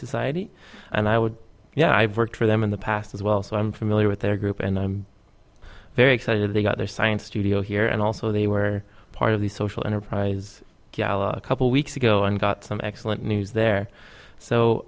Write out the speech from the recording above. society and i would you know i've worked for them in the past as well so i'm familiar with their group and i'm very excited they've got their science studio here and also they were part of the social enterprise a couple weeks ago and got some excellent news there so